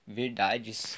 verdades